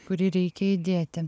kurį reikia įdėti